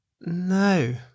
No